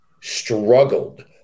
Struggled